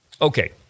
Okay